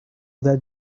that